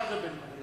רק לבן-גוריון,